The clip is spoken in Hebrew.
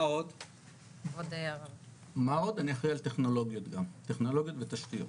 אני אחראי על טכנולוגיות גם, טכנולוגיות ותשתיות.